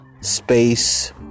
space